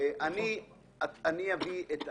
אני רוצה לסכם.